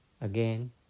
again